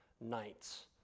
nights